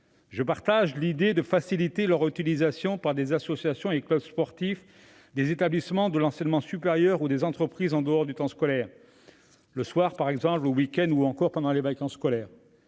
Je partage l'idée de faciliter leur utilisation par des associations et clubs sportifs, des établissements de l'enseignement supérieur ou des entreprises en dehors du temps scolaire : le soir, le week-end ou encore pendant les vacances scolaires.